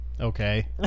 Okay